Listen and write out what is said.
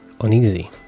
Uneasy